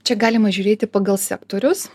čia galima žiūrėti pagal sektorius